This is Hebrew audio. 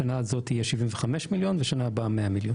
בשנה הזאת היה 75 מיליון ובשנה הבאה יהיה 100 מיליון